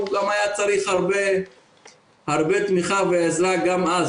הוא היה צריך הרבה תמיכה ועזרה גם אז,